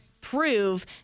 prove